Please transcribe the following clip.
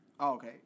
Okay